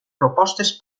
propostes